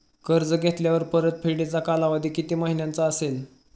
कर्ज घेतल्यावर परतफेडीचा कालावधी किती महिन्यांचा असेल?